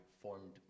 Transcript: formed